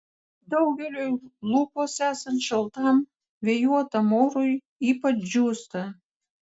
daugeliui lūpos esant šaltam vėjuotam orui ypač džiūsta